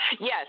Yes